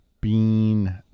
bean